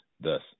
Thus